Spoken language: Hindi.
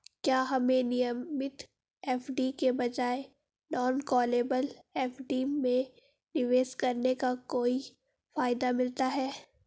क्या हमें नियमित एफ.डी के बजाय नॉन कॉलेबल एफ.डी में निवेश करने का कोई फायदा मिलता है?